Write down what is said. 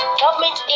government